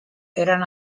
eran